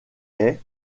est